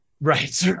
Right